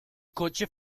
coche